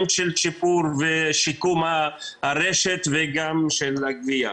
של שיפור ושיקום הרשת וגם של הגבייה.